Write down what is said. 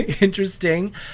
interesting